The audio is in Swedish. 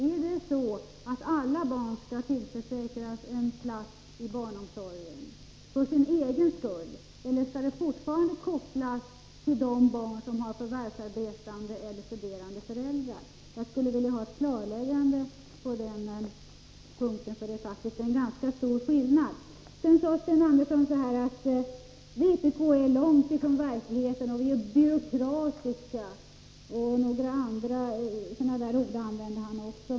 Är det så att alla barn skall tillförsäkras en plats i barnomsorgen för sin egen skull, eller skall det fortfarande kopplas till att gälla barn med förvärvsarbetande eller studerande föräldrar? Jag skulle vilja ha ett klarläggande på den punkten, för det är faktiskt en ganska stor skillnad. Sedan sade Sten Andersson att vpk står långt från verkligheten och att vi är byråkratiska, och så använde han några andra sådana ord också.